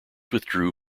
withdrew